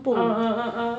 ah ah ah ah